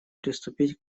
приступить